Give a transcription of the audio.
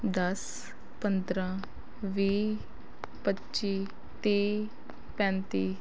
ਦਸ ਪੰਦਰਾਂ ਵੀਹ ਪੱਚੀ ਤੀਹ ਪੈਂਤੀ